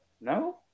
No